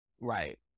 Right